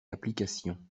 application